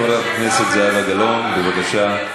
חברת הכנסת זהבה גלאון, בבקשה.